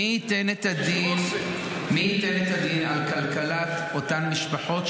מי ייתן את הדין על כלכלת אותן משפחות,